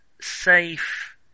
safe